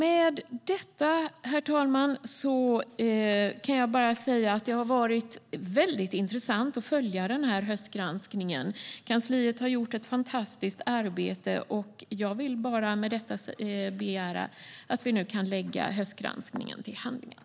Herr talman! Det har varit mycket intressant att följa denna höstgranskning. Kansliet har gjort ett fantastiskt arbete. Jag yrkar att höstgranskningen läggs till handlingarna.